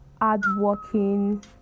hardworking